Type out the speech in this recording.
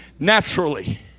Naturally